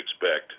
expect